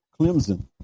Clemson